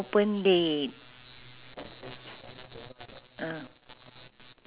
ah it's quite nice also and this and and actually the hawker centre is spacious